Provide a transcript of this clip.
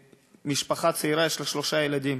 משפחה צעירה, יש לה שלושה ילדים.